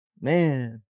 Man